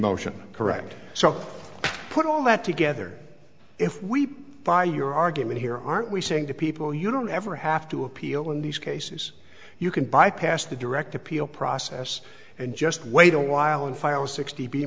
motion correct so put all that together if we buy your argument here aren't we saying to people you don't ever have to appeal in these cases you can bypass the direct appeal process and just wait a while and file sixty